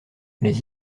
les